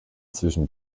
zwischen